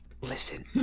Listen